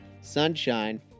Sunshine